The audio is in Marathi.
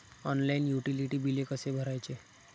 ऑनलाइन युटिलिटी बिले कसे भरायचे?